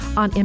on